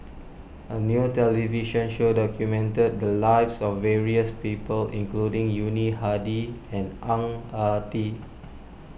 a new television show documented the lives of various people including Yuni Hadi and Ang Ah Tee